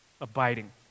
Abiding